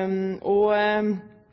men det